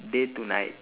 day to night